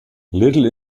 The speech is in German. little